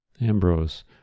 Ambrose